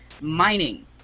mining